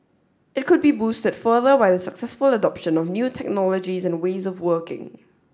it could be boosted further by the successful adoption of new technologies and ways of working